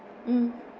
mm